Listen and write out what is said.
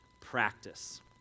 practice